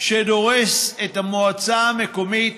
שדורס את המועצה המקומית